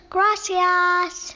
Gracias